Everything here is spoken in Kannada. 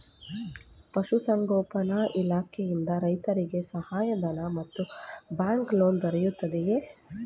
ಪಶು ಸಂಗೋಪನಾ ಇಲಾಖೆಯಿಂದ ರೈತರಿಗೆ ಸಹಾಯ ಧನ ಮತ್ತು ಬ್ಯಾಂಕ್ ಲೋನ್ ದೊರೆಯುತ್ತಿದೆಯೇ?